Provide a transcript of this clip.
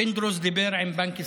פינדרוס דיבר עם בנק ישראל.